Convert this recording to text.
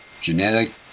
Genetic